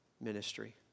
ministry